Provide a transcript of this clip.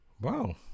Wow